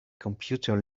computer